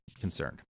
concerned